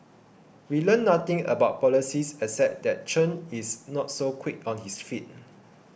we learnt nothing about policies except that Chen is not so quick on his feet